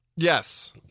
Yes